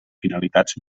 finalitats